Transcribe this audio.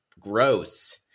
gross